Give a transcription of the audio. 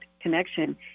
connection